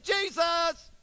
Jesus